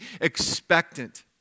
expectant